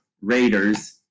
Raiders